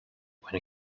when